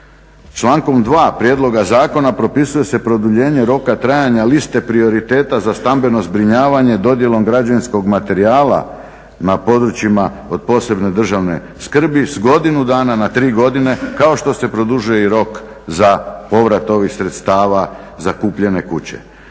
Člankom 2. prijedloga zakona propisuje se produljenje roka trajanja liste prioriteta za stambeno zbrinjavanje dodjelom građevinskog materijala na područjima od posebne državne skrbi s godinu dana na tri godine kao što se produžuje i rok za povrat ovih sredstava za kupljene kuće.